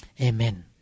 Amen